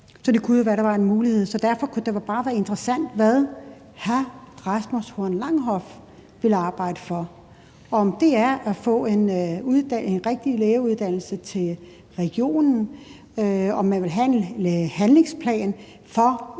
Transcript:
Så det kunne jo være, at der var en mulighed. Derfor kunne det da bare være interessant at høre, hvad hr. Rasmus Horn Langhoff vil arbejde for; om det er at få en rigtig lægeuddannelse til regionen, om man vil have en handlingsplan for